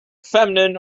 feminine